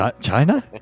china